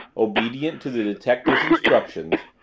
obedient to the detective's instructions,